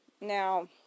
Now